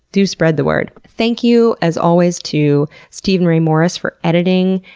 do spread the word. thank you, as always, to steven ray morris for editing,